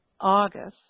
August